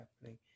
happening